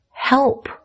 help